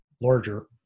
larger